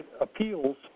appeals